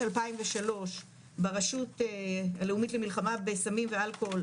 2003 ברשות הלאומית למלחמה בסמים באלכוהול,